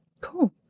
Cool